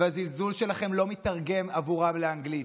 והזלזול שלכם לא מיתרגם עבורם לאנגלית.